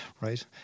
right